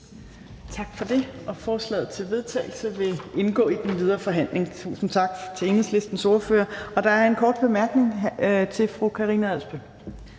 Tak for det. Forslaget til vedtagelse vil indgå i den videre forhandling. Tusind tak til Enhedslistens ordfører. Der er en kort bemærkning til fru Karina Adsbøl.